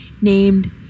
named